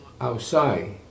outside